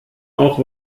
auch